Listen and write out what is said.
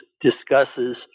discusses